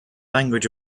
language